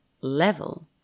level